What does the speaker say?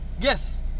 Yes